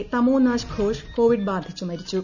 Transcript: ന് തമോനാഷ് ഘോഷ്ട് കോവിഡ് ബാധിച്ച് മരിച്ചു